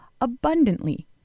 abundantly